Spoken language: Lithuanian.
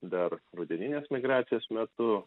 dar rudeninės migracijos metu